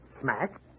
Smack